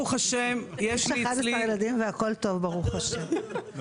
יש לי 11 ילדים והכול טוב ברוך השם.